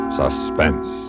suspense